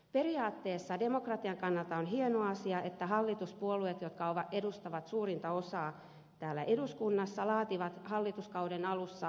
periaatteessa demokratian kannalta on hieno asia että hallituspuolueet jotka edustavat suurinta osaa eduskunnasta laativat hallituskauden alussa hallitusohjelman